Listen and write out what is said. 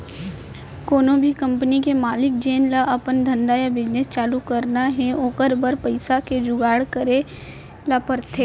कोनो भी कंपनी के मालिक जेन ल अपन धंधा या बिजनेस चालू करना हे ओकर बर पइसा के जुगाड़ करे ल परथे